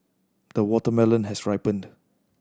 the watermelon has ripened